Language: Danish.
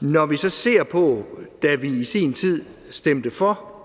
Når vi så ser på, da vi i sin tid stemte for